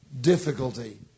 difficulty